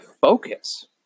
focus